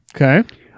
Okay